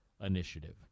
Initiative